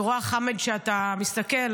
חמד, אני רואה שאתה מסתכל.